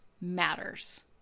matters